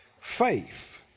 Faith